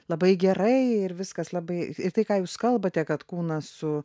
labai gerai ir viskas labai ir tai ką jūs kalbate kad kūnas su